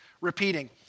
repeating